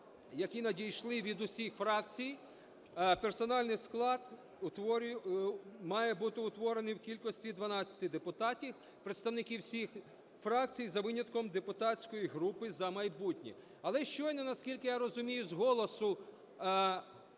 які надійшли від усіх фракцій, персональний склад має бути утворений в кількості 12 депутатів - представників всіх фракцій, за винятком депутатської групи "За майбутнє". Але щойно, наскільки я розумію, з голосу